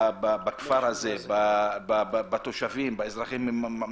בכפר הזה, בתושבים שם.